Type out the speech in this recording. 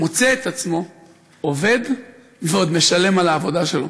מוצא את עצמו עובד ועוד משלם על העבודה שלו.